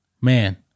Man